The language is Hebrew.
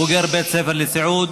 בוגר בית ספר לסיעוד,